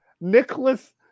Nicholas